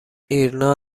ایرنا